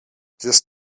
just